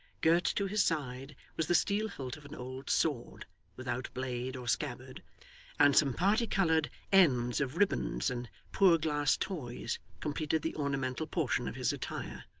girt to his side was the steel hilt of an old sword without blade or scabbard and some particoloured ends of ribands and poor glass toys completed the ornamental portion of his attire.